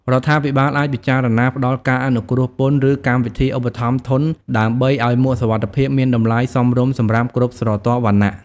រដ្ឋាភិបាលអាចពិចារណាផ្ដល់ការអនុគ្រោះពន្ធ ឬកម្មវិធីឧបត្ថម្ភធន ដើម្បីឱ្យមួកសុវត្ថិភាពមានតម្លៃសមរម្យសម្រាប់គ្រប់ស្រទាប់វណ្ណៈ។